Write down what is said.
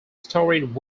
storied